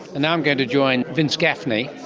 and now i'm going to join vince gaffney,